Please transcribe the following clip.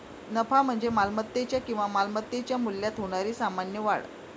नफा म्हणजे मालमत्तेच्या किंवा मालमत्तेच्या मूल्यात होणारी सामान्य वाढ